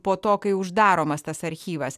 po to kai uždaromas tas archyvas